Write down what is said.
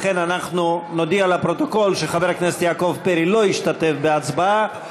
לכן אנחנו נודיע לפרוטוקול שחבר הכנסת יעקב פרי לא השתתף בהצבעה.